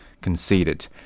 conceded